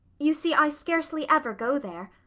you see i scarcely ever go there.